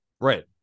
right